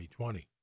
2020